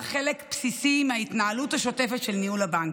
חלק בסיסי מההתנהלות השוטפת של ניהול הבנק.